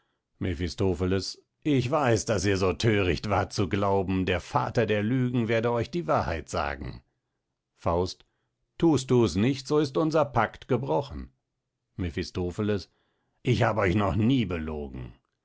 mephistopheles ich weiß daß ihr so thöricht wart zu glauben der vater der lügen werde euch die wahrheit sagen faust thust dus nicht so ist unser pact gebrochen mephistopheles ich hab euch noch nie gelogen